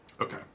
Okay